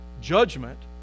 judgment